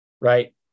Right